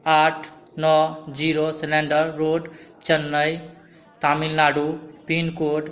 आठ नओ zero cylinder road Chennai Tamil Nadu pincode